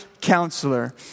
Counselor